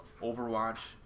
Overwatch